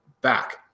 back